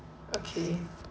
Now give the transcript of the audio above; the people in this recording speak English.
okay